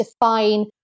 define